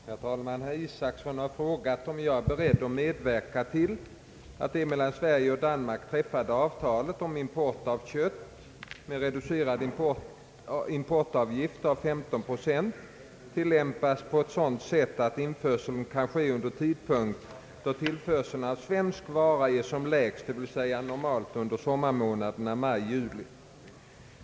Herr talman! Herr Isacson har frågat om jag är beredd medverka till att det mellan Sverige och Danmark träffade avtalet om import av kött med reducerad importavgift av 15 procent tillämpas på ett sådant sätt att införseln kan ske under tidpunkt då tillförseln av svensk vara är som lägst, dvs. normalt under sommarmånaderna maj —juli.